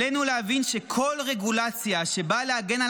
עלינו להבין שכל רגולציה שבאה להגן על